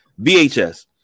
VHS